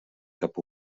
cap